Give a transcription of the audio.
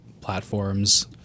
platforms